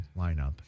lineup